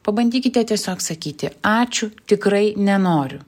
pabandykite tiesiog sakyti ačiū tikrai nenoriu